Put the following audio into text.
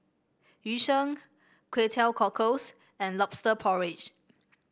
Yu Sheng Kway Teow Cockles and lobster porridge